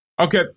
Okay